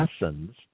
lessons